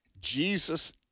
Jesus